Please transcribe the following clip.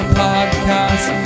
podcast